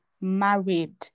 married